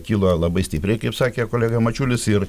kilo labai stipriai kaip sakė kolega mačiulis ir